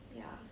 ya